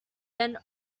than